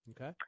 Okay